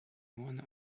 one